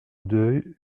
deux